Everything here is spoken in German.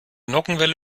nockenwelle